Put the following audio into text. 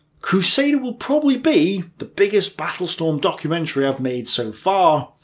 crusader will probably be the biggest battlestorm documentary i've made so far,